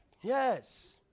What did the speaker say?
Yes